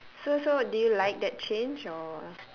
so so do you like that change or